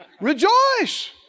rejoice